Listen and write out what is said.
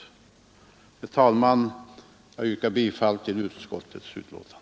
Herr talman! Jag yrkar bifall till utskottets hemställan.